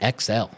xl